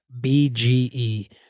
BGE